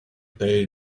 they